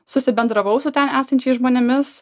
susibendravau su ten esančiais žmonėmis